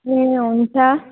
ए हुन्छ